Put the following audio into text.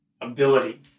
ability